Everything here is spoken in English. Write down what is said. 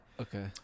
Okay